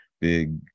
big